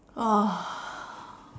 uh